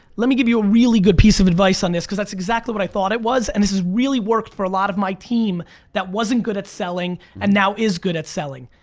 let me give you a really good piece of advice on this, because that's exactly what i thought it was and this has really worked for a lot of my team that wasn't good at selling and now is good at selling.